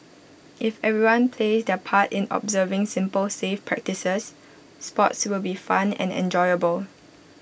if everyone plays their part in observing simple safe practices sports will be fun and enjoyable